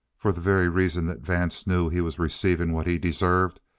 for the very reason that vance knew he was receiving what he deserved,